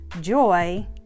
joy